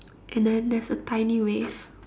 and then there's a tiny wave